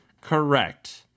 correct